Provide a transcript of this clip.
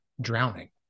drowning